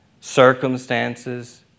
circumstances